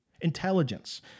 Intelligence